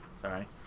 sorry